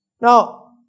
Now